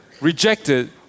rejected